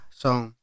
song